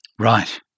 Right